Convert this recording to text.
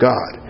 God